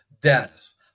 dennis